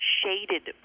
shaded